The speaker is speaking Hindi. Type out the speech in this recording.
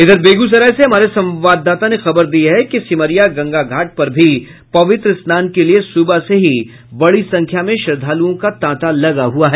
इधर बेगूसराय से हमारे संवाददाता ने खबर दी है कि सिमरिया गंगा घाट पर भी पवित्र स्नान के लिए सुबह से ही बड़ी संख्या में श्रद्धालुओं का तांता लगा हुआ है